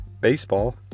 baseball